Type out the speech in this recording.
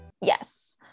Yes